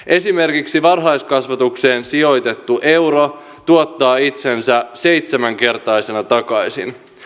esimerkiksi varhaiskasvatukseen sijoitettu euro tuottaa itsensä seitsemänkertaisena takaisin